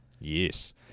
Yes